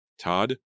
Todd